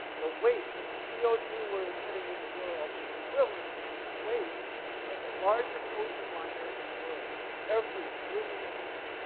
the weight of the c o two we're emitting in the world is equivalent to the weight of the largest ocean liner in the world, every three minutes.